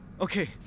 Okay